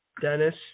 Dennis